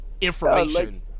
Information